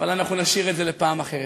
אבל אנחנו נשאיר את זה לפעם אחרת.